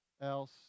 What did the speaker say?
else